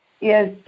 Yes